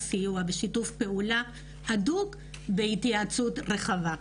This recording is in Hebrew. הסיוע ובשיתוף פעולה הדוק והתייעצות רחבה.